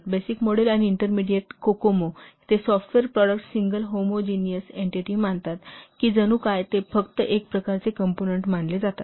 basic model आणि intermediate COCOMO ते software products single homogeneous entity मानतात की जणू काय ते फक्त एक प्रकारचे कॉम्पोनन्ट मानले जातात